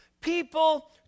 people